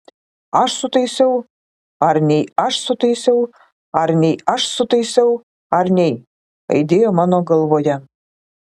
aš sutaisiau ar nei aš sutaisiau ar nei aš sutaisiau ar nei aidėjo mano galvoje